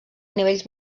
nivells